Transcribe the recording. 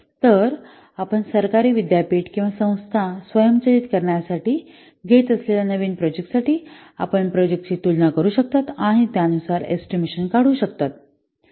तर आपण सरकारी विद्यापीठ किंवा संस्था स्वयंचलित करण्यासाठी घेत असलेल्या नवीन प्रोजेक्ट साठी आपण प्रोजेक्टाची तुलना करू शकता आणि त्यानुसार एस्टिमेशन लावू शकता